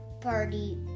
party